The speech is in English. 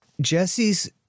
Jesse's